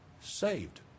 saved